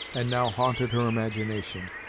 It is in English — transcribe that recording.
and now haunted her imagination,